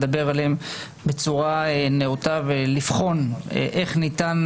לדבר עליהם בצורה נאותה ולבחון איך ניתן,